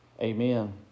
Amen